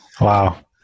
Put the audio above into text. Wow